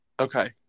okay